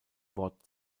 wort